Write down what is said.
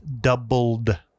doubled